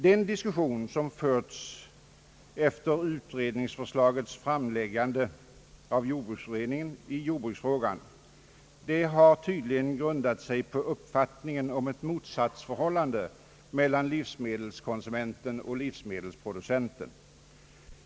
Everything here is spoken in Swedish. Den diskussion som förts efter utredningsförslagets framläggande har tydligen grundat sig på uppfattningen om ett motsatsförhållande mellan livsmedelskonsumenten och livsmedelsproducenten.